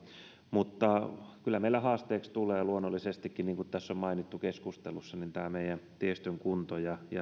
mutta kyllä meillä haasteeksi tulevat luonnollisestikin niin kuin tässä on mainittu keskustelussa meidän tiestömme kunto ja